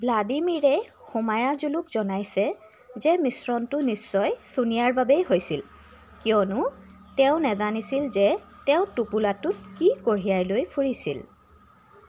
ভ্লাদিমিৰে সোমায়াজুলুক জনাইছে যে মিশ্ৰণটো নিশ্চয় ছোনিয়াৰ বাবেই হৈছিল কিয়নো তেওঁ নাজানিছিল যে তেওঁ টোপোলাটোত কি কঢ়িয়াই লৈ ফুৰিছিল